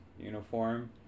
uniform